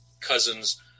cousins